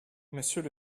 monsieur